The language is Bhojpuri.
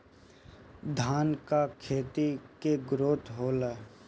धान का खेती के ग्रोथ होला?